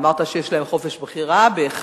אמרת שיש להם חופש בחירה, בהחלט.